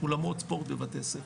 אולמות ספורט בבתי-ספר.